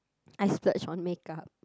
I splurge on makeup